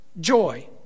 joy